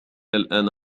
الآن